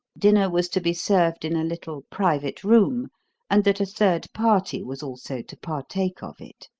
dinner was to be served in a little private room and that a third party was also to partake of it.